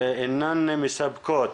אינן מספקות